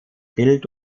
bild